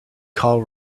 call